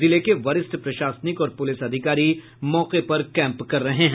जिले के वरिष्ठ प्रशासनिक और पुलिस अधिकारी मौके पर कैंप कर रहे हैं